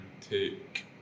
take